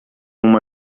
uma